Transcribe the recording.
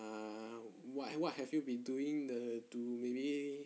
ah what what have you been doing the to maybe